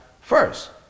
first